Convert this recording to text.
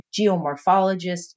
Geomorphologists